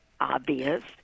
obvious